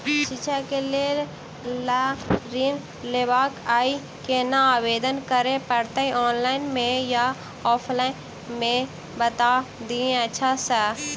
शिक्षा केँ लेल लऽ ऋण लेबाक अई केना आवेदन करै पड़तै ऑनलाइन मे या ऑफलाइन मे बता दिय अच्छा सऽ?